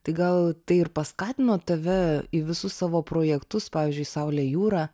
tai gal tai ir paskatino tave į visus savo projektus pavyzdžiui saulė jūra